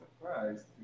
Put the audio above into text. surprised